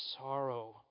sorrow